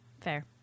Fair